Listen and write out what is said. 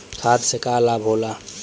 खाद्य से का लाभ होला?